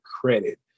credit